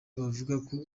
babivugaho